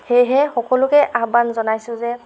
সেয়েহে সকলোকে আহ্বান জনাইছোঁ যে